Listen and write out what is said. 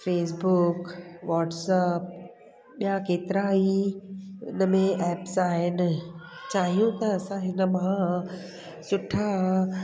Facebook WhatsApp ॿिया केतिरा ई हिन में एप्स आहिनि चाहियूं त असां हिन मां सुठा